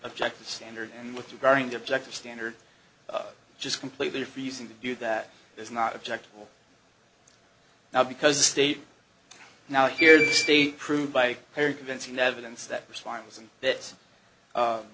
objective standard and with regarding the objective standard just completely refusing to do that is not objective now because the state now here in the state proved by very convincing evidence that